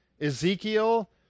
Ezekiel